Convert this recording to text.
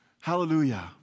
Hallelujah